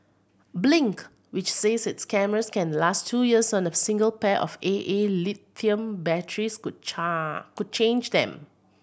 Blink which says its cameras can last two years on a single pair of A A lithium batteries could could change them